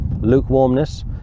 lukewarmness